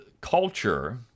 culture